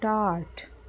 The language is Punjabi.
ਟਾਟ